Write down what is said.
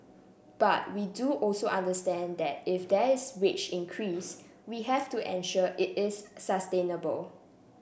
but we do also understand that if there is wage increase we have to ensure it is sustainable